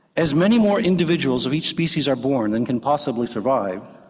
as many more individuals of each species are born than can possibly survive,